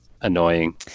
annoying